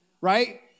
right